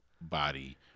body